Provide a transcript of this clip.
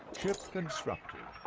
chips instructor